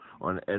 on